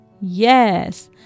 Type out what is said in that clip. Yes